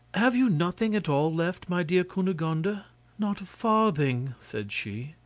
have you nothing at all left, my dear cunegonde? ah not a farthing, said she.